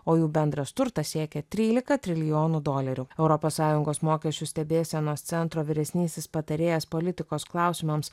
o jų bendras turtas siekia trylika trilijonų dolerių europos sąjungos mokesčių stebėsenos centro vyresnysis patarėjas politikos klausimams